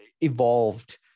evolved